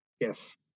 Yes